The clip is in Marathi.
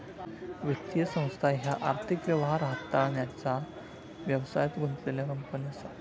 वित्तीय संस्था ह्या आर्थिक व्यवहार हाताळण्याचा व्यवसायात गुंतलेल्यो कंपनी असा